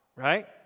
Right